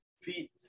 feet